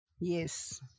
Yes